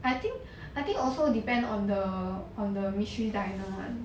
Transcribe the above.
I think I think also depend on the on the mystery diner lah